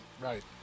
Right